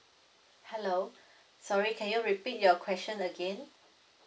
hello sorry can you repeat your question again